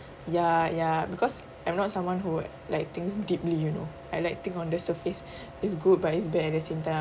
ya ya because I'm not someone who like thinks deeply you know I like think on this surface it's good but it's bad at the same time